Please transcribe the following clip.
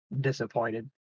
disappointed